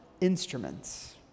instruments